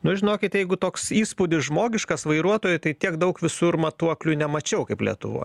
nu žinokit jeigu toks įspūdis žmogiškas vairuotojai tai tiek daug visur matuoklių nemačiau kaip lietuvoj